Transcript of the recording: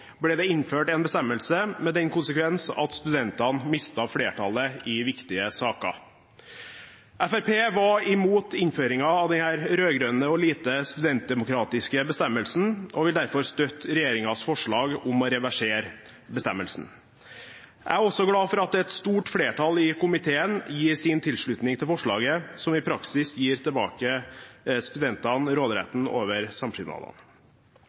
ble det innført en bestemmelse med den konsekvens at studentene mistet flertallet i viktige saker. Fremskrittspartiet var imot innføringen av den rød-grønne og lite studentdemokratiske bestemmelsen, og vil derfor støtte regjeringens forslag om å reversere bestemmelsen. Jeg er også glad for at et stort flertall i komiteen gir sin tilslutning til forslaget som i praksis gir studentene tilbake råderetten over